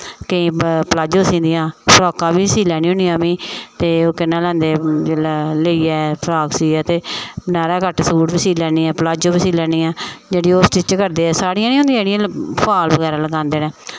केईं प्लाजो सीदियां फ्राकां बी सी लैन्नी होनी आं में ते ओह् केह् नांऽ लैंदे लेइयै फ्राक सियै ते नायरा कट सूट बी सी लैन्नी आं प्लाजो बी सी लैन्नी आं जेह्ड़ियां ओह् स्टिच करदे साड़ियां नी होंदियां फाल बगैरा लगांदे न